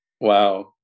Wow